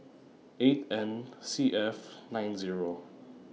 eight N C F nine Zero